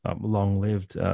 long-lived